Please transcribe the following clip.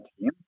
team